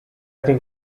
think